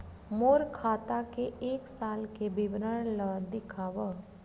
मोर खाता के एक साल के विवरण ल दिखाव?